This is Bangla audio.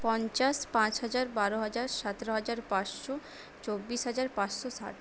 পঞ্চাশ পাঁচ হাজার বারো হাজার সাতেরো হাজার পাঁচশো চব্বিশ হাজার পাঁচশো ষাট